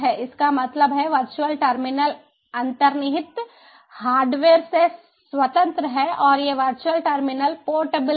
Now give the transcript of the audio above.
इसका मतलब है वर्चुअल टर्मिनल अंतर्निहित हार्डवेयर से स्वतंत्र हैं और ये वर्चुअल टर्मिनल पोर्टेबल हैं